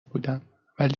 بودم، ولی